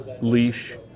leash